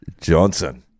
Johnson